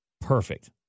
perfect